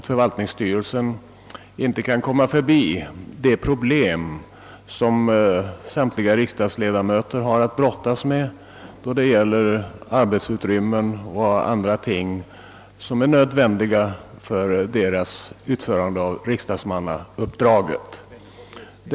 Förvaltningsstyrelsen kan naturligtvis inte komma förbi frågan om de arbetsutrymmen och andra betingelser som krävs för riksdagsmannauppdragets fullgörande.